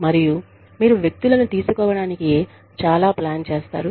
మరియు మీరు వ్యక్తులను తీసుకోవడానికి ఎలా ప్లాన్ చేస్తారు